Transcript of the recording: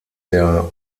der